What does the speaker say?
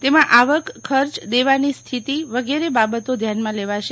તેમાં આવક ખર્ચ દેવાની સ્થિતિ વગેરે બાબતો ધ્યાનમાં લેવાશે